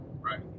right